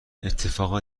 اتفاق